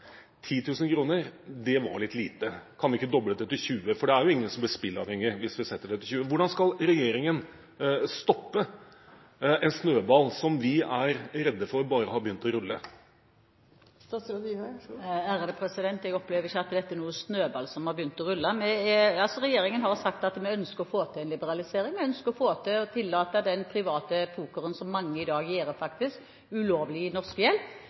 det var litt lite, kan vi ikke doble det til 20 000 kr, for det er jo ingen som blir spilleavhengig hvis vi setter det til 20 000 kr? Hvordan skal regjeringen stoppe en snøball som vi er redd for bare har begynt å rulle? Jeg opplever ikke at dette er noen snøball som har begynt å rulle. Regjeringen har sagt at vi ønsker å få til en liberalisering, vi ønsker å tillate den private pokeren som mange i dag faktisk driver med ulovlig i